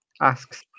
asks